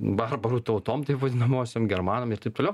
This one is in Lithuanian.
barbarų tautom taip vadinamosiom germanam ir taip toliau